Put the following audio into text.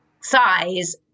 size